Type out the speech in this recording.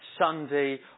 Sunday